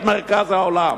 את מרכז העולם.